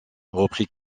reprit